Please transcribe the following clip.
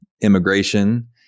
immigration